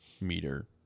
meter